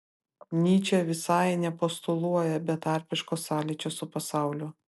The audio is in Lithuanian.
nyčė visai nepostuluoja betarpiško sąlyčio su pasauliu